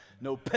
No